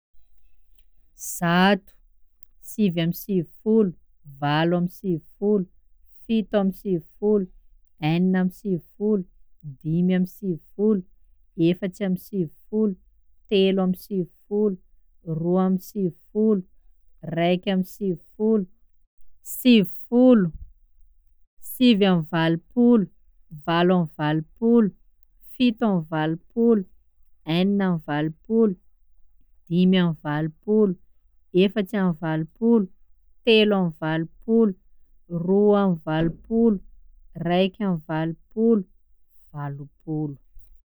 Zato, sivy amby sivifolo, valo amby sivifolo, fito amby sivifolo, enina amby sivifolo, dimy amby sivifolo, efatsy amby sivifolo, telo amby sivifolo, roa amby sivifolo, raika amby sivifolo, sivy folo, sivy amby valopolo, valo amby valopolo, fito amby valopolo, enina amby valopolo, dimy amby valopolo, efatsy amby valopolo, telo amby valopolo, roa amby valopolo, raika amby valopolo, valopolo.